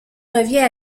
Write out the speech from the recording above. revient